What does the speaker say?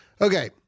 okay